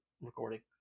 recording